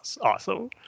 awesome